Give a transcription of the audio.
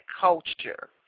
culture